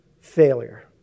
failure